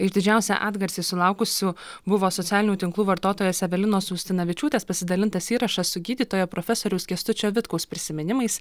iš didžiausią atgarsį sulaukusių buvo socialinių tinklų vartotojos evelinos ustinavičiūtės pasidalintas įrašas su gydytojo profesoriaus kęstučio vitkaus prisiminimais